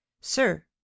sir